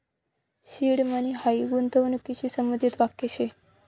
seed money हायी गूंतवणूकशी संबंधित वाक्य शे